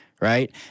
right